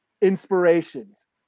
inspirations